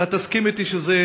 תסכים אתי שזה